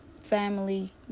family